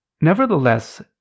Nevertheless